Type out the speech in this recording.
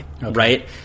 Right